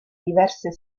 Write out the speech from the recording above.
diverse